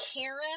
Karen